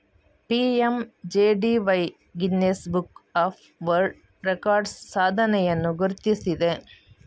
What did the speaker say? PMJDY Guinness book of world records ಸಾಧನೆಯನ್ನು ಗುರುತಿಸಿದೆ